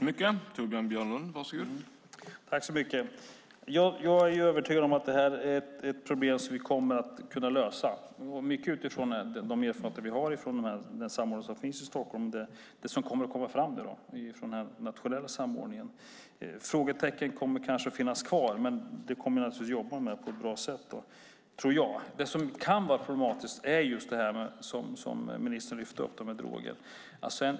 Herr talman! Jag är övertygad om att det här är ett problem som vi kommer att kunna lösa, mycket utifrån de erfarenheter vi har från den samordning som finns i Stockholm och det som kommer att komma fram från den nationella samordningen. Frågetecken kommer kanske att finnas kvar, men det kommer vi naturligtvis att jobba med på ett bra sätt, tror jag. Det som kan vara problematiskt är just det som ministern lyfte upp, droger.